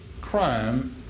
crime